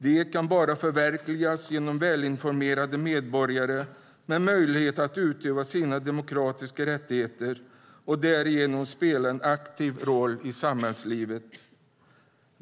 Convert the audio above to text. De kan bara förverkligas genom välinformerade medborgare med möjlighet att utöva sina demokratiska rättigheter och därigenom spela en aktiv roll i samhällslivet.